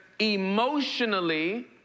emotionally